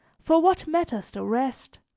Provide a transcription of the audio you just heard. for what matters the rest?